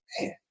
man